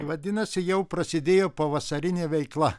vadinasi jau prasidėjo pavasarinė veikla